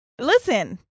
Listen